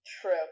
True